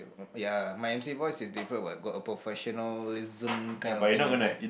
ya my emcee voice is different what got a professionalism kind of thing is that